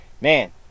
man